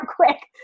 quick